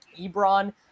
Ebron